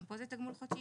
גם פה זה תגמול חודשי,